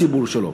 הציבור שלו.